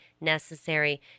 necessary